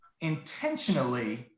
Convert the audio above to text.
intentionally